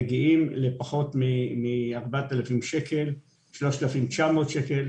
מגיעים ל-3,900 שקלים.